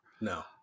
No